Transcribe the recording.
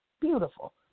Beautiful